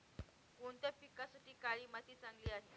कोणत्या पिकासाठी काळी माती चांगली आहे?